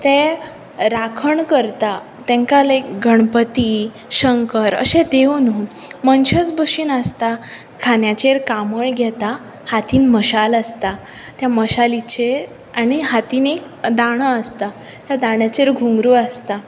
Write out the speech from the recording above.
ते राखण करता तांकां लायक गणपती शंकर अशे देव न्हू मनशाच भशेन आसता खांद्याचेर कामळ घेता हातीन मशाल आसता त्या मशालीचेर आनी हातीन एक दांडो आसता त्या दांड्याचेर घुंगरू आसता